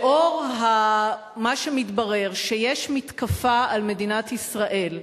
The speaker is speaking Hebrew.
לאור מה שמתברר, שיש מתקפה על מדינת ישראל,